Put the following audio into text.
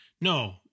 No